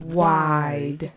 WIDE